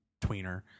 tweener